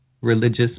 religious